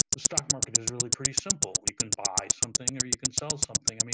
the stock market is really pretty simple, we can buy something or you can sell something.